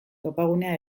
topagunea